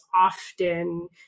often